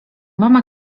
mama